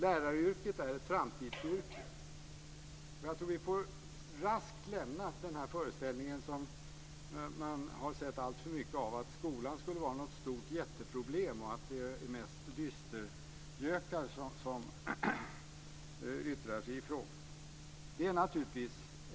Läraryrket är ett framtidsyrke. Jag tror att vi raskt får lämna den föreställning som man sett alltför mycket av, nämligen att skolan skulle vara ett jätteproblem och att det är mest dystergökar som yttrar sig i frågan.